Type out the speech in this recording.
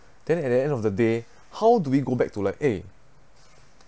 then at the end of the day how do we go back to like eh